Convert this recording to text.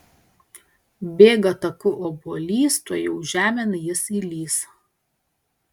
bėga taku obuolys tuojau žemėn jis įlįs